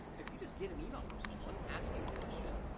if you just get an email from someone asking a question,